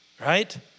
right